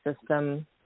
system